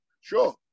Sure